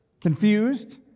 Confused